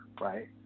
right